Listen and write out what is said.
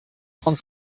trente